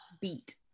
Beat